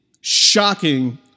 shocking